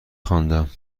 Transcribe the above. خواندم